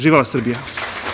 Živela Srbija.